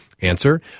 answer